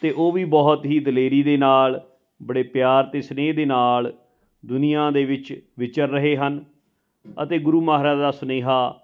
ਅਤੇ ਉਹ ਵੀ ਬਹੁਤ ਹੀ ਦਲੇਰੀ ਦੇ ਨਾਲ ਬੜੇ ਪਿਆਰ ਅਤੇ ਸਨੇਹ ਦੇ ਨਾਲ ਦੁਨੀਆ ਦੇ ਵਿੱਚ ਵਿਚਰ ਰਹੇ ਹਨ ਅਤੇ ਗੁਰੂ ਮਹਾਰਾਜ ਦਾ ਸੁਨੇਹਾ